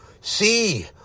see